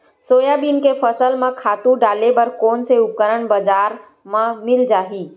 Soybean के फसल म खातु डाले बर कोन से उपकरण बजार म मिल जाहि?